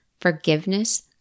forgiveness